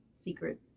secret